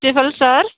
principal sir